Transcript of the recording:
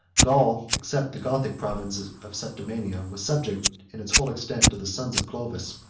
gaul, except the gothic province of septimania, was subject, in its whole extent, to the sons of clovis.